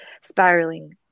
spiraling